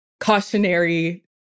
cautionary